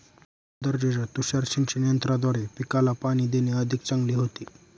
उच्च दर्जाच्या तुषार सिंचन यंत्राद्वारे पिकाला पाणी देणे अधिक चांगले होते